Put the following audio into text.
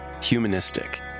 humanistic